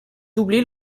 doublé